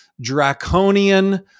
draconian